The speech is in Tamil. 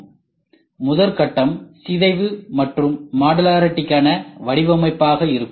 எனவே முதல் கட்டம் சிதைவு மற்றும் மாடுலரிட்டிக்கான வடிவமைப்பாக இருக்கும்